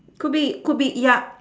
could be could be ya